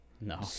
no